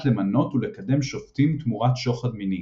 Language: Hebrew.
למנות ולקדם שופטים תמורת שוחד מיני.